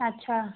अच्छा